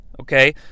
Okay